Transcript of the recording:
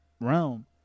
realm